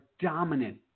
dominant